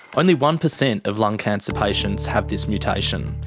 only one percent of lung cancer patients have this mutation.